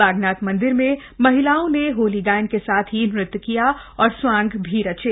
बागनाथ मंदिर में महिलाओं ने होली गायन के साथ ही नृत्य किया औऱ स्वांग भी रचे